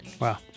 wow